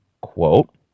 quote